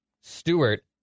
Stewart